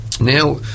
Now